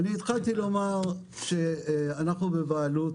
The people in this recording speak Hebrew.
התחלתי לומר שאנחנו בבעלות,